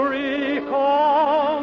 recall